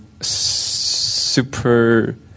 super